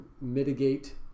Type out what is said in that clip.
mitigate